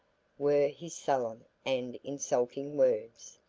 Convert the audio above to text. were his sullen and insulting words.